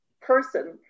person